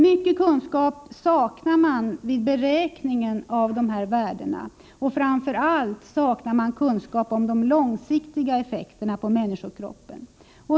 Mycken kunskap saknas för beräkning av dessa värden, framför allt om de långsiktiga effekterna på människokroppen.